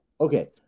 okay